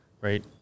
right